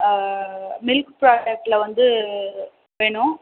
milk ப்ராடக்ட்டில் வந்து வேணும்